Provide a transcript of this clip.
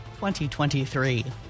2023